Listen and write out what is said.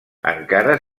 encara